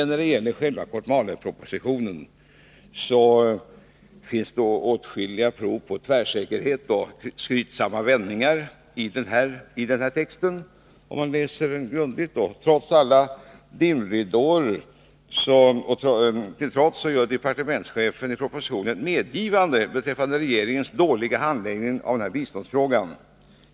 När det gäller själva Kotmalepropositionen finner man åtskilliga prov på tvärsäkerhet och skrytsamma vändningar i texten, om man läser grundligt. Trots alla dimridåer gör departementschefen i propositionen ett medgivande beträffande regeringens dåliga handläggning av denna biståndsfråga.